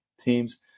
teams